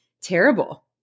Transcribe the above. terrible